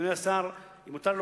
אדוני השר, אם מותר לי